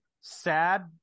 sad